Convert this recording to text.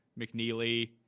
McNeely